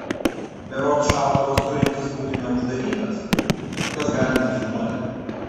berods šautuvas turintis būti neuždarytas bet kas galintis žinoti